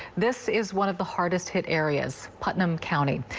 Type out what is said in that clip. this is one of the hardest hit areas, putnam county.